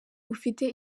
ufite